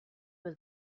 was